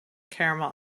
caramel